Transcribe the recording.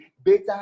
Better